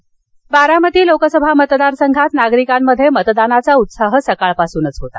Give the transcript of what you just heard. बारामती बारामती लोकसभा मतदारसंघात नागरिकांमध्ये मतदानाचा उत्साह सकाळपासूनच होता